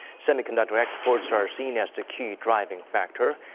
semiconductor exports are seen as the key driving factor.